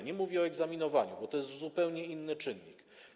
Nie mówię o egzaminowaniu, bo to jest zupełnie inny czynnik.